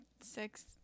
six